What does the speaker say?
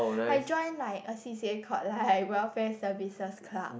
I join like a C_C_A called like welfare services club